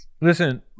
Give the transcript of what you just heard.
Listen